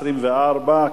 24,